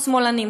שמאלנים,